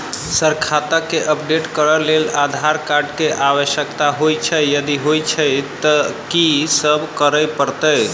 Sir खाता केँ update करऽ लेल आधार कार्ड केँ आवश्यकता होइ छैय यदि होइ छैथ की सब करैपरतैय?